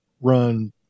run